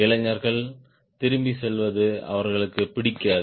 இளைஞர்கள் திரும்பிச் செல்வது அவர்களுக்குப் பிடிக்காது